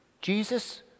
Jesus